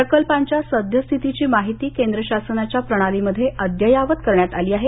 प्रकल्पांच्या सद्यस्थितीची माहिती केंद्र शासनाच्या प्रणालीमध्ये अद्ययावत करण्यात आली आहे